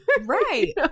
right